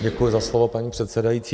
Děkuji za slovo, paní předsedající.